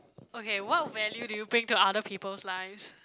okay what value do you bring to other people's lives